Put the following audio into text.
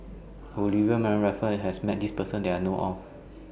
Olivia Mariamne Raffles and Suzairhe Sumari has Met This Person that I know of